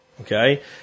Okay